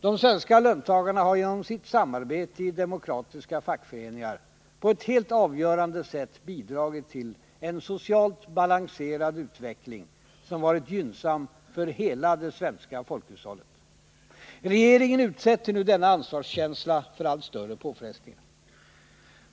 De svenska löntagarna har genom sitt samarbete i demokratiska fackföreningar på ett helt avgörande sätt bidragit till en socialt balanserad utveckling som varit gynnsam för hela det svenska folkhushållet. Regeringen utsätter nu denna ansvarskänsla för allt större påfrestningar.